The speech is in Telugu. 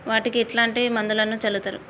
వాటికి ఎట్లాంటి మందులను చల్లుతరు?